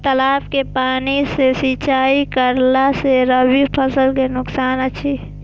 तालाब के पानी सँ सिंचाई करला स रबि फसल के नुकसान अछि?